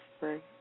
right